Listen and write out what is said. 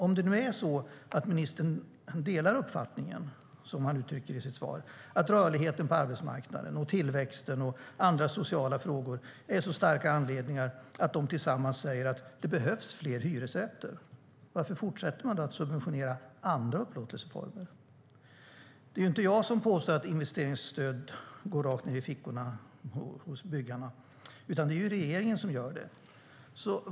Om ministern delar uppfattningen - som han uttrycker i sitt svar - att rörligheten på arbetsmarknaden, tillväxten och andra sociala frågor sammantaget gör att det behövs fler hyresrätter, varför fortsätter man då att subventionera andra upplåtelseformer? Det är ju inte jag som påstår att investeringsstöd går rakt ned i fickorna hos byggarna, utan det är regeringen som gör det.